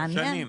מעניין.